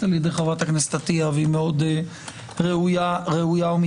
על-ידי חברת הכנסת עטייה והיא מאוד ראויה ומתבקשת.